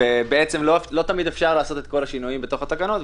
-- ולא תמיד אפשר לעשות את כל השינויים בתוך התקנות,